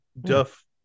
Duff